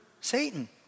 Satan